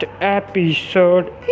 episode